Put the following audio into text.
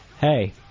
Hey